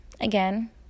Again